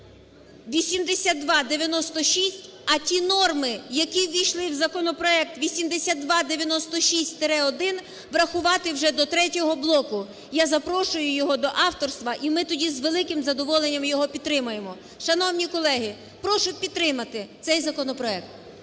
а ті норми, які ввійшли в законопроект 8296-1, врахувати вже до третього блоку. Я запрошую його тоді до авторства, і ми тоді з великим задоволенням його підтримаємо. Шановні колеги, прошу підтримати цей законопроект.